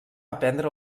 aprendre